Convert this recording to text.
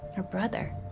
her brother?